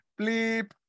bleep